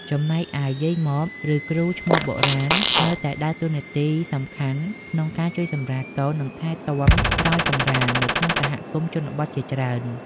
ចំណែកឯ យាយម៉ម ឬ គ្រូឆ្មបបុរាណ នៅតែដើរតួនាទីសំខាន់ក្នុងការជួយសម្រាលកូន និងថែទាំក្រោយសម្រាលនៅក្នុងសហគមន៍ជនបទជាច្រើន។